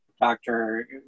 doctor